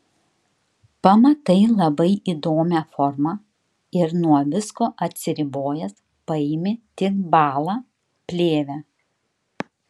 pamatai labai įdomią formą ir nuo visko atsiribojęs paimi tik balą plėvę